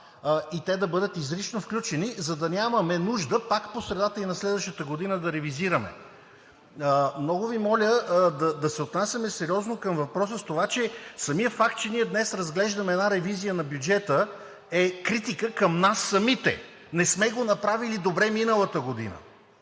и да бъдат изрично включени, за да нямаме нужда пак да ревизираме по средата на следващата годината. Много Ви моля да се отнасяме сериозно към въпроса с това – самият факт, че ние днес разглеждаме една ревизия на бюджета, е критика към нас самите, че не сме го направили добре миналата година.